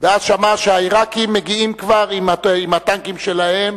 ואז שמע שהעירקים כבר מגיעים עם הטנקים שלהם